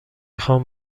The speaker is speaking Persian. خوام